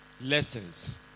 lessons